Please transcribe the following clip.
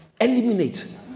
eliminate